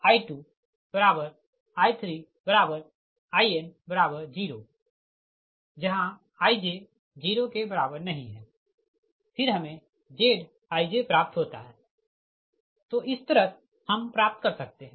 I1I2I3In0 Ij≠0 फिर हमे Zij प्राप्त होता है तो इस तरह हम प्राप्त कर सकते है